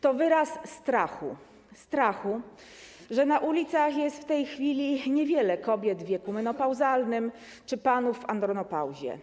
To wyraz strachu, strachu o to, że na ulicach jest w tej chwili niewiele kobiet w wieku menopauzalnym czy panów w andropauzie.